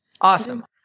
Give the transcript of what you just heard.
Awesome